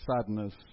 Sadness